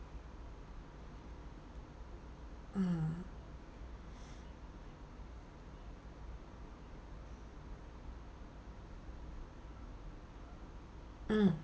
mm mm